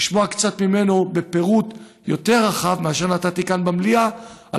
לשמוע קצת ממנו בפירוט יותר רחב משנתתי כאן במליאה על